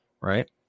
right